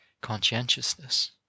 conscientiousness